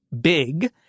big